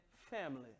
family